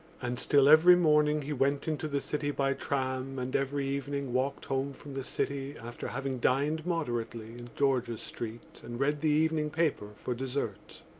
and still every morning he went into the city by tram and every evening walked home from the city after having dined moderately in george's street and read the evening paper for dessert.